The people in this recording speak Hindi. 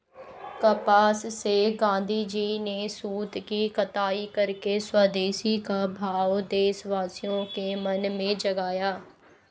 कपास से गाँधीजी ने सूत की कताई करके स्वदेशी का भाव देशवासियों के मन में जगाया